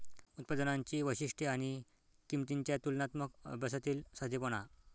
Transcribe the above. उत्पादनांची वैशिष्ट्ये आणि किंमतींच्या तुलनात्मक अभ्यासातील साधेपणा